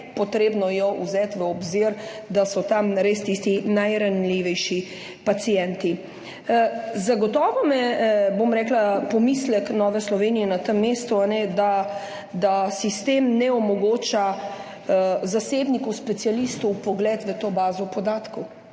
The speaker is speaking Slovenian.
potrebno jo vzeti v obzir, da so tam res tisti najranljivejši pacienti. Zagotovo me, bom rekla, pomislek Nove Slovenije na tem mestu, a ne, da, da sistem ne omogoča zasebniku specialistu vpogled v to bazo podatkov.